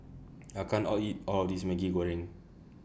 I can't All eat All of This Maggi Goreng